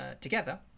together